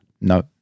No